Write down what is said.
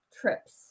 trips